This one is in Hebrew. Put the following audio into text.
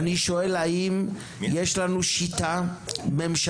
אני שואל: האם יש לנו שיטה ממשלתית,